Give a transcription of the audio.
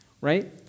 right